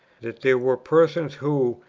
that there were persons who,